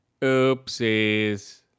Oopsies